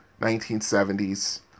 1970s